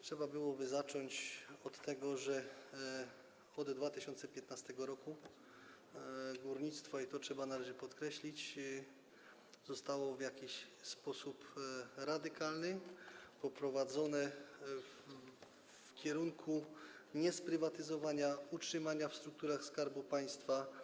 Trzeba byłoby zacząć od tego, że od 2015 r. górnictwo - i to trzeba należycie podkreślić - zostało w radykalny sposób poprowadzone w kierunku niesprywatyzowania, utrzymania w strukturach Skarbu Państwa.